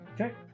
Okay